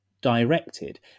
directed